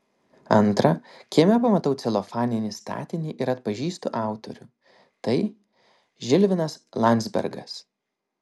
antra kieme pamatau celofaninį statinį ir atpažįstu autorių tai žilvinas landzbergas